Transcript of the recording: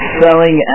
selling